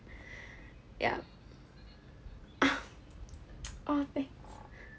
ya !aww! thanks